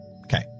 Okay